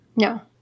No